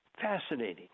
Fascinating